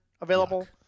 available